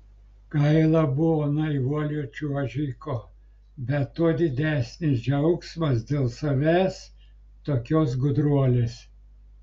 gaila buvo naivuolio čiuožiko bet tuo didesnis džiaugsmas dėl savęs tokios gudruolės